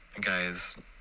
guys